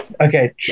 Okay